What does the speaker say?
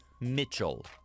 Mitchell